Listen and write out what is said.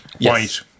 White